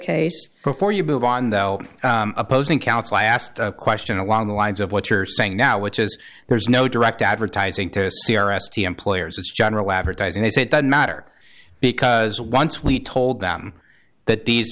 case before you move on though opposing counsel asked a question along the lines of what you're saying now which is there's no direct advertising to c r s the employers as general advertising they say it doesn't matter because once we told them that these